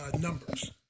numbers